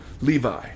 Levi